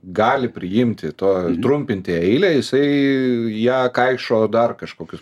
gali priimti to trumpinti eilę jisai į ją kaišo dar kažkokius